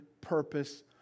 purpose